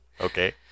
okay